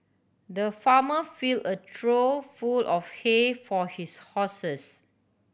the farmer fill a trough full of hay for his horses